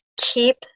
Keep